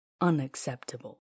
unacceptable